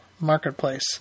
Marketplace